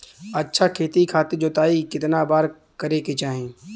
अच्छा खेती खातिर जोताई कितना बार करे के चाही?